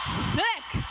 sick.